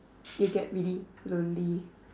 you get really lonely